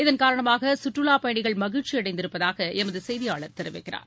இதன் காரணமாக கற்றுலாப் பயணிகள் மகிழ்ச்சி அடைந்திருப்பதாக எமது செய்தியாளர் தெரிவிக்கிறார்